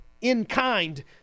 in-kind